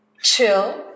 chill